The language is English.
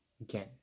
Again